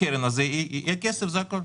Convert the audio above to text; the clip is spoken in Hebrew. בקרן הזו יהיה כסף, זה הכול.